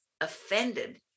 offended